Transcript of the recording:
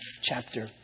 chapter